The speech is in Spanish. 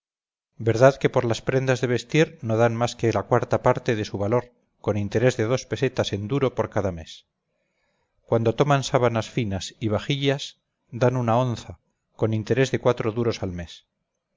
verdad que por las prendas de vestir no dan más que la cuarta parte de su valor con interés de dos pesetas en duro por cada mes cuando toman sábanas finas y vajillas dan una onza con interés de cuatro duros al mes